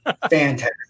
Fantastic